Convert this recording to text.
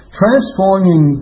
transforming